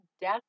death